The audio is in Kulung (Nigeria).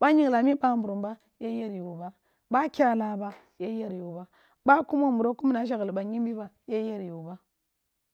ba yigla mi bamburum bay a yer y oba, ba kya la aba, yay er y oba, ba kumo muro ki wuni ashagh ba yimbi ba.